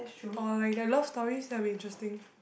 orh like they are love stories there be interesting